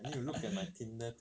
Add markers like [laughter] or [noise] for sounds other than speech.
[laughs]